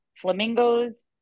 flamingos